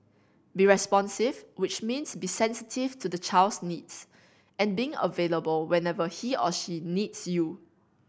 be responsive which means be sensitive to the child's needs and being available whenever he or she needs you